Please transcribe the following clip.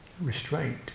restraint